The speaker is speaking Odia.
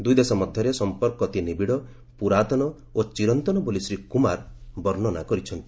ଦୁଇ ଦେଶ ମଧ୍ୟରେ ସମ୍ପର୍କ ଅତି ନିବିଡ଼ ପୂରାତନ ଓ ଚିରନ୍ତନ ବୋଲି ଶ୍ରୀ କୁମାର ବର୍ଣ୍ଣନା କରିଛନ୍ତି